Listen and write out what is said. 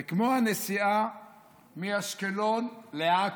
זה כמו הנסיעה מאשקלון לעכו.